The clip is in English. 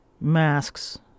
Masks